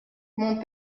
mon